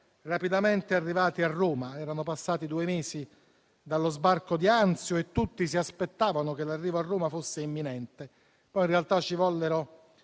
rapidamente arrivati a Roma; erano passati due mesi dallo sbarco di Anzio e tutti si aspettavano che l'arrivo a Roma fosse imminente (poi, in realtà, ci vollero